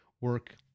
work